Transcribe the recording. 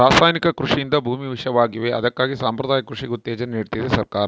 ರಾಸಾಯನಿಕ ಕೃಷಿಯಿಂದ ಭೂಮಿ ವಿಷವಾಗಿವೆ ಅದಕ್ಕಾಗಿ ಸಾಂಪ್ರದಾಯಿಕ ಕೃಷಿಗೆ ಉತ್ತೇಜನ ನೀಡ್ತಿದೆ ಸರ್ಕಾರ